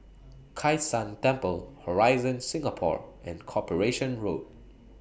Kai San Temple Horizon Singapore and Corporation Road